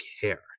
Care